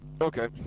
Okay